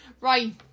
Right